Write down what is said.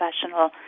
professional